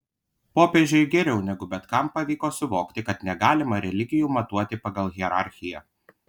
popiežiui geriau negu bet kam pavyko suvokti kad negalima religijų matuoti pagal hierarchiją